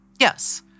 Yes